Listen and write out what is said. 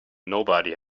nobody